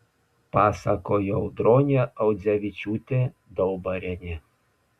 pasakojo audronė audzevičiūtė daubarienė